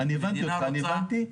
המדינה רוצה --- הבנתי אותך,